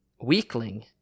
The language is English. weakling